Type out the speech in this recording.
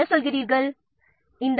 என்பதை பார்ப்போம்